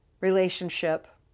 relationship